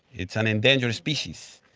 it's an endangered species.